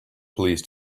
police